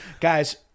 Guys